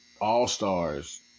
all-stars